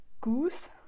goose